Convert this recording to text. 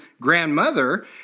grandmother